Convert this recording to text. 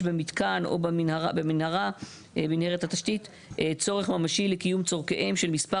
במתקן או במנהרת התשתית צורך ממשי לקיום צורכיהם של מספר